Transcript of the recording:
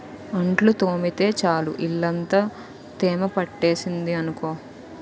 అంట్లు తోమితే చాలు ఇల్లంతా తేమ పట్టేసింది అనుకో